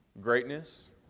Greatness